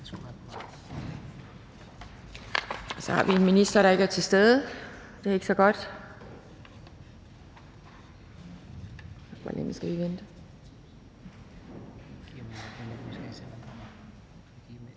Så har vi en minister, der ikke er til stede. Det er ikke så godt.